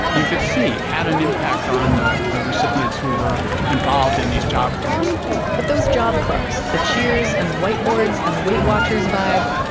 you could see had an impact on the the recipients who were involved in these job clubs but those job clubs, the cheers and the whiteboards and a weightwatchers vibe,